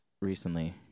recently